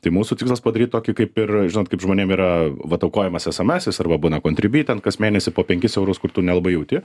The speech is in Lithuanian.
tai mūsų tikslas padaryt tokį kaip ir žinot kaip žmonėm yra vat aukojimas esemesais arba būna kontribitint kas mėnesį po penkis eurus kur tu nelabai jauti